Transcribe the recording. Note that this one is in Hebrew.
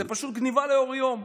זו פשוט גנבה לאור יום.